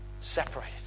separated